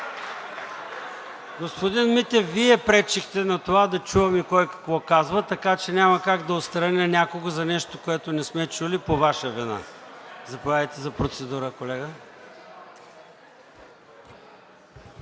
Господин Митев, Вие пречихте на това да чуваме кой какво казва, така че няма как да отстраня някого за нещо, което не сме чули по Ваша вина. Заповядайте за процедура, колега.